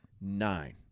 nine